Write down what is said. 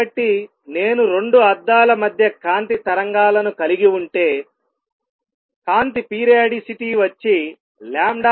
కాబట్టి నేను 2 అద్దాల మధ్య కాంతి తరంగాలను కలిగి ఉంటే కాంతి పిరియాడిసిటీ వచ్చి light2